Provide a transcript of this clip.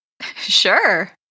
Sure